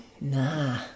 Nah